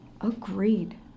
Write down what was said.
Agreed